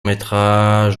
métrages